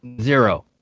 Zero